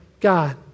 God